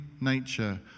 nature